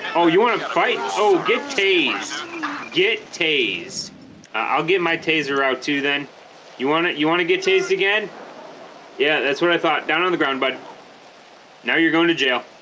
oh you want to fight oh get tased get tased i'll get my taser out too then you want it you want to get tased again yeah that's what i thought down on the ground bud now you're going to jail